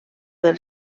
del